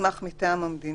מוסמך מטעם המדינה.